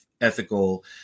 ethical